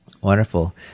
Wonderful